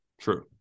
True